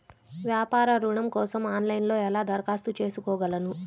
వ్యాపార ఋణం కోసం ఆన్లైన్లో ఎలా దరఖాస్తు చేసుకోగలను?